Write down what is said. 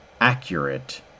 accurate